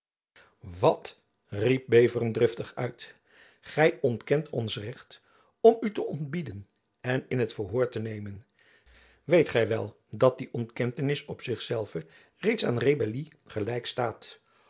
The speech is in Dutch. wat riep beveren driftig uit gy ontkent ons recht om u te ontbieden en in t verhoor te nemen weet gy wel dat die ontkentenis op zich zelve reeds aan rebellie gelijk staat